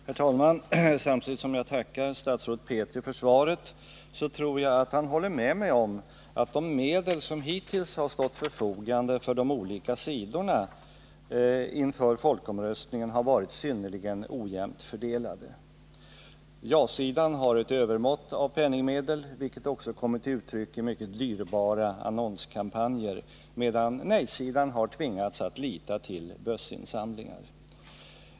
Herr talman! Jag tackar statsrådet Petri för svaret. Jag tror att han håller med mig om att de medel som hittills har stått till förfogande för de olika sidorna inför folkomröstningen har varit synnerligen ojämnt fördelade. Ja-sidan har ett övermått av penningmedel, vilket också har kommit till uttryck i mycket dyrbara annonskampanjer, medan nej-sidan har tvingats att lita till bössinsamlingar.